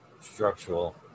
structural